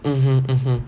mmhmm mmhmm